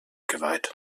geweiht